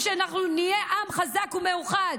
חשוב שאנחנו נהיה עם חזק ומאוחד,